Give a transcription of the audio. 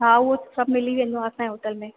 हा उहो सभु मिली वेंदो आहे असांजे होटल में